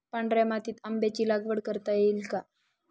पांढऱ्या मातीत आंब्याची लागवड करता येईल का?